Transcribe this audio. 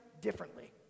differently